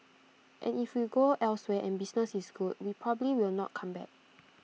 and if we go elsewhere and business is good we probably will not come back